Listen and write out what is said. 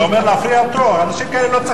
צריך לתבוע אותו,